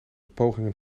pogingen